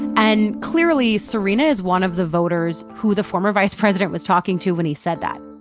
and clearly, serena is one of the voters who the former vice president was talking to when he said that.